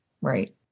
Right